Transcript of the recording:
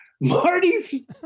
marty's